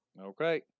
Okay